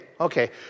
okay